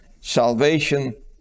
salvation